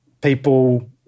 people